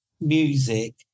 music